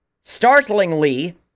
startlingly